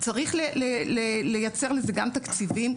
צריך לייצר לזה גם תקציבים,